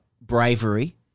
bravery